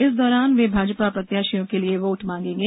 इस दौरान वे भाजपा प्रत्याशियों के लिए वोट मांगेगे